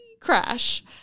crash